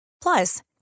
Plus